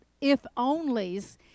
if-onlys